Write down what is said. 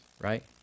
right